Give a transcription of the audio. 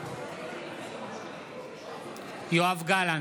יואב גלנט,